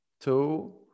two